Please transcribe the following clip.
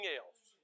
else